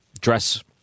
dress